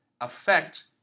affect